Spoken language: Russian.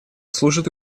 служит